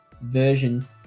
version